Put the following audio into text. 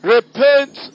Repent